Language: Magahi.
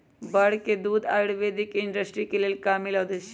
बड़ के दूध आयुर्वैदिक इंडस्ट्री के लेल कामिल औषधि हई